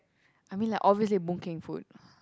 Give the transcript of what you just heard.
I mean like obviously Boon-Kheng food